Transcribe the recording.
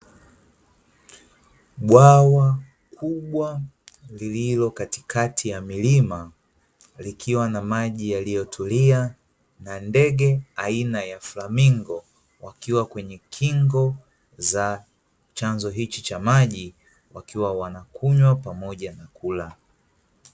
Bwawa kubwa lililo katikati ya milima, likiwa na maji yaliyo tulia na ndege aina ya flamingo wakiwa kwenye kingo za chanzo hicho cha maji wakiwa wanakunywa pamoja na kula.